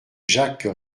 jacques